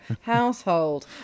household